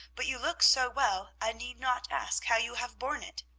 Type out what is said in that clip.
but you look so well i need not ask how you have borne it.